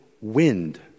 wind